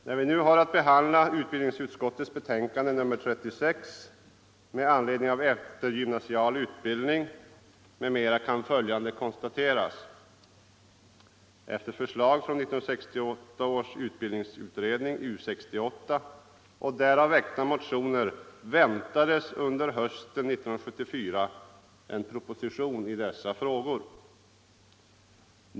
När vi nu har att behandla utbildningsutskottets betänkande nr 36 angående eftergymnasiel utbildning m.m. kan följande konstateras. Efter förslag från 1968 års utbildningsutredning, U 68, och med anledning därav väckta motioner förväntades under hösten 1974 en proposition i dessa frågor.